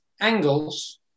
angles